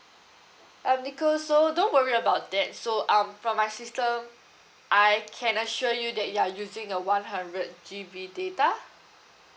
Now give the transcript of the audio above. um nicole so don't worry about that so um from my system I can assure you that you are using a one hundred G_B data